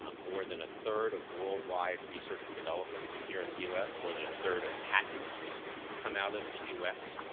um more than a third of worldwide research and development is here is and the us. more than a third of patents come out of the us.